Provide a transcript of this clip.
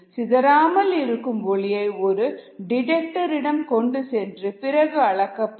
சிதறாமல் இருக்கும் ஒளியை ஒரு டிடெக்டர் இடம் கொண்டு சென்று பிறகு அளக்கப்படும்